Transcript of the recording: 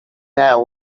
that